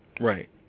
Right